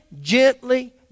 gently